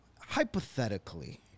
Hypothetically